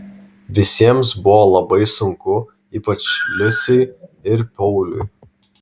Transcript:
visiems buvo labai sunku ypač liusei ir pauliui